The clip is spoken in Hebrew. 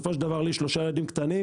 יש לי שלושה ילדים קטנים,